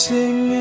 Sing